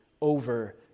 over